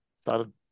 started